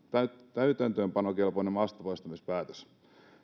täytäntöönpanokelpoinen maastapoistamispäätös